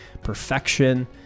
perfection